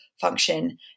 function